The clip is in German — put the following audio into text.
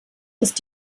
ist